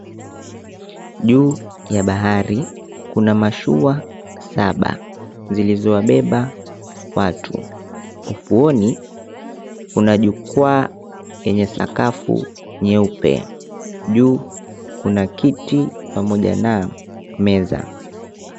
Juu ya bahari, kuna mashua saba, zIlizowabeba watu. Ufuoni, kuna jukwaa lenye sakafu nyeupe. Juu kuna kiti pamoja na meza.